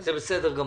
זה בסדר גמור.